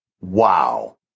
wow